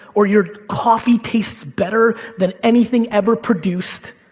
or your coffee tastes better than anything ever produced.